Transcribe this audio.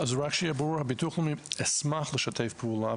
רק שיהיה ברור, הביטוח הלאומי ישמח לשתף פעולה.